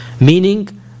Meaning